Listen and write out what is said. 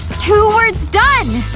two words done.